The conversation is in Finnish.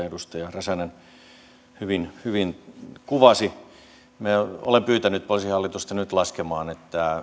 edustaja räsänen hyvin hyvin kuvasi minä olen pyytänyt poliisihallitusta nyt laskemaan